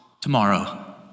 tomorrow